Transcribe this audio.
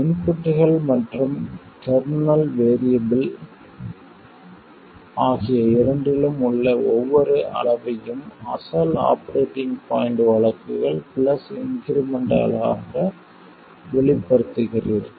இன்புட்கள் மற்றும் internal variable ஆகிய இரண்டிலும் உள்ள ஒவ்வொரு அளவையும் அசல் ஆபரேட்டிங் பாய்ண்ட் வழக்குகள் பிளஸ் இன்கிரிமென்ட்களாக வெளிப்படுத்துகிறீர்கள்